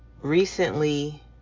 recently